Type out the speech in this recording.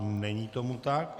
Není tomu tak.